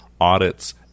audits